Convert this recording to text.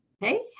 Hey